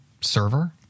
server